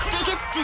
Biggest